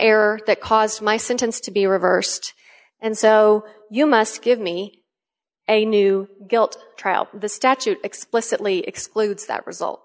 error that caused my sentence to be reversed and so you must give me a new guilt trial the statute explicitly excludes that result